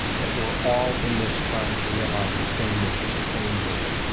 that we're all in this trying to realize the same mission, the same vision,